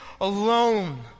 alone